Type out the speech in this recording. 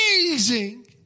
Amazing